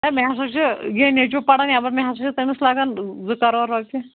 ہے مےٚ ہسا چھُ یے نیٚچوٗ پران نٮ۪بر مےٚ ہَسا چھِ تٔمِس لگان زٕ کَرور رۄپیہِ